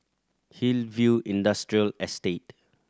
Hillview Industrial Estate